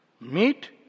Meet